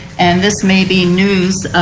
and this may be news.